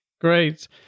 Great